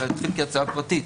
אלא התחיל כהצעה פרטית.